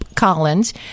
Collins